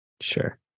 Sure